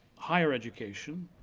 higher education,